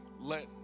let